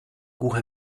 głuche